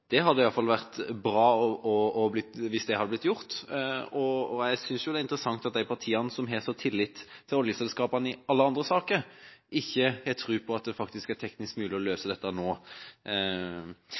Det hadde iallfall vært bra hvis det hadde blitt gjort. Jeg synes det er interessant at de partiene som har sånn tillit til oljeselskapene i alle andre saker, ikke har tro på at det faktisk er teknisk mulig å